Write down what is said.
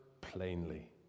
plainly